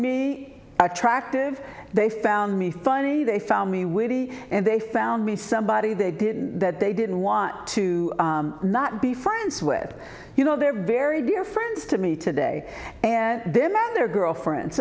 me attractive they found me funny they found me witty and they found me somebody they didn't that they didn't want to not be friends with you know they're very dear friends to me today and demand their girlfriends